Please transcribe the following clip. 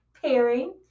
pairing